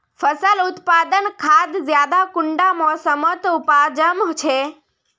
फसल उत्पादन खाद ज्यादा कुंडा मोसमोत उपजाम छै?